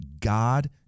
God